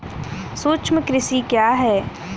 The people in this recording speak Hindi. सूक्ष्म कृषि क्या है?